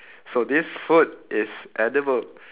so this food is edible